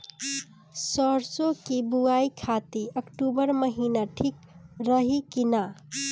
सरसों की बुवाई खाती अक्टूबर महीना ठीक रही की ना?